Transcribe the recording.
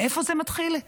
מאיפה זה מתחיל?